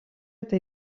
eta